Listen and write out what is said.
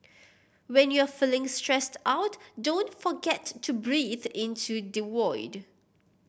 when you are feeling stressed out don't forget to breathe into the void